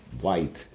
white